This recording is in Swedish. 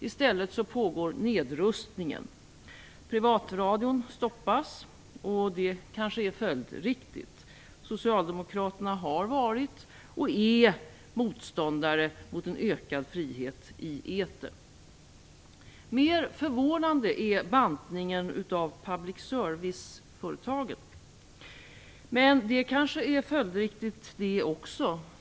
I stället pågår nedrustningen. Privatradion stoppas, och det kanske är följdriktigt. Socialdemokraterna har varit, och är, motståndare till en ökad frihet i etern. Mer förvånande är bantnigen av public serviceföretagen. Men det kanske också är följdriktigt.